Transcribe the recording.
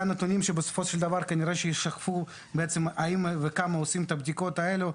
אלה הנתונים שישקפו האם וכמה עושים את הבדיקות האלה.